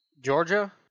Georgia